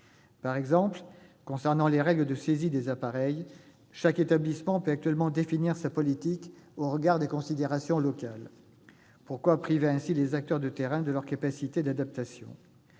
Par exemple, concernant les règles de saisie des appareils, chaque établissement peut actuellement définir sa politique au regard des considérations locales. Pourquoi priver les acteurs de terrain de leur capacité d'adaptation ?